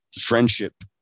friendship